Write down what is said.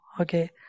okay